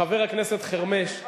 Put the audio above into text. חבר הכנסת חרמש,